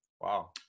Wow